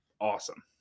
awesome